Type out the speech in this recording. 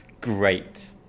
great